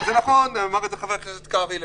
זה נכון, אמר את זה חבר הכנסת קרעי לפניי,